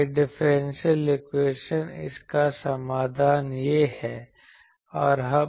यह differential equation इसका समाधान यह है